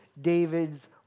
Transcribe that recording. David's